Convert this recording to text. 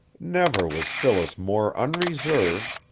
never was phyllis more unreserved,